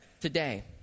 today